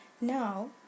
now